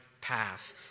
path